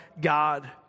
God